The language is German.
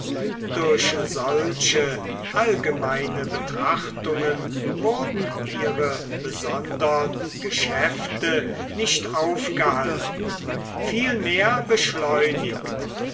durch solche allgemeine betrachtungen wurden ihre besondern geschäfte nicht aufgehalten vielmehr beschleunigt